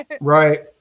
Right